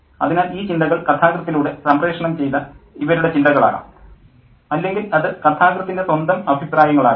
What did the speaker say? അതിനാൽ ഈ ചിന്തകൾ കഥാകൃത്തിലൂടെ സംപ്രേഷണം ചെയ്ത ഇവരുടെ ചിന്തകളാകാം അല്ലെങ്കിൽ അത് കഥാകൃത്തിൻ്റെ സ്വന്തം അഭിപ്രായങ്ങളാകാം